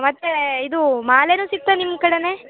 ಮತ್ತೆ ಇದು ಮಾಲೆಯೂ ಸಿಕ್ಕತ್ತಾ ನಿಮ್ಮ ಕಡೆಯೇ